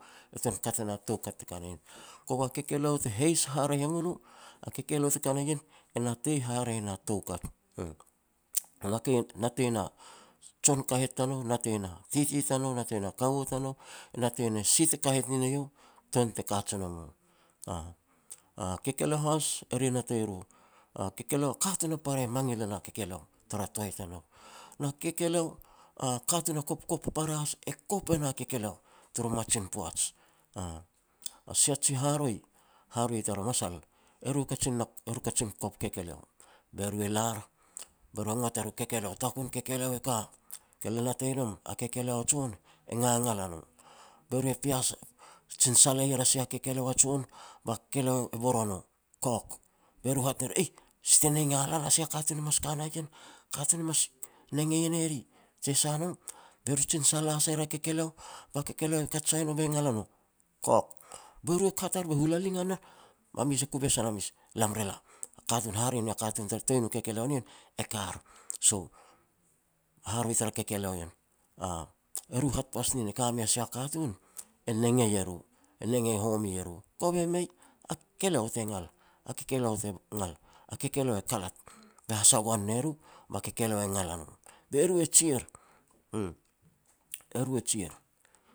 e tuan kat e na toukat te ka na ien. Kova kekeleo te heis haraeh e mu lo, a kekeleo te ka na ien e natei haraeh na tou kat, uuh. Natei na jon kahet tanou, natei na tete tanou, natei na kaua tanou, natei ne si te kahet ne no eiau, tuan te kajn wa nou. A-a kekeleo has, eri natei ru a kekeleo katun a para mangil e na kekeleo tara toai tanou, na kekeleo a katun a kopkop para has e kop e na kekeleo taru mamajin poaj. A sia ji haroi, haroi tar masal eru kajin na e ru kajin na kop kekeleo be ru e lar be ru e ngots er u kekeleo u takun kekeleo e ka. Ke lo natei nom, a kekeleo a jon e ngangal a no, be ru e pias, jin salei er a sia kekeleo a jon, ba kekeleo e bor o no, kok, be ru hat ner, aih, si te nega lan, a sia katun e mas ka na ien. Katun e mas nenga e ne ri, je sa no. Be ru jin sala sai er a kekeleo ba kekeleo kat sai no be ngal a no, kok, be ru kat ar be ru hula lingan ar, ba mes e kubes e na mes, lam re la katun hare na katun te toi nu kekeleo ni ien, e kar so haroi tar kekeleo ien. A e ru hat pas nin a sia katun e nengei e ru, nenga home e ru kove mei, a kekeleo te ngal, a kekeleo te nagal, a kekeleo e kalat be hasagohan ne ru, ba kekeleo e ngal a no, be ru e jier, uum. Be ru e jier.